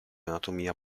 anatomia